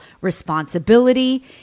responsibility